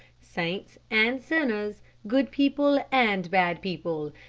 saints and sinners, good people and bad people,